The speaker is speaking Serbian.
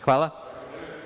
Hvala.